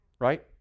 right